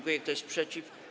Kto jest przeciw?